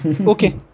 okay